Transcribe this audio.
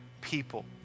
people